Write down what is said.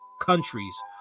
countries